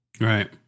Right